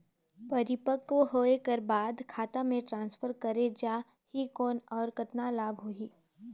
परिपक्व होय कर बाद खाता मे ट्रांसफर करे जा ही कौन और कतना लाभ होही?